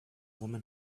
woman